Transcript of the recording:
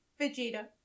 vegeta